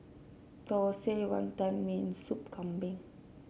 thosai Wantan Mee Sop Kambing